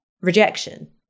rejection